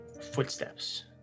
footsteps